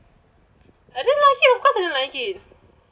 I didn't like it of course I didn't like it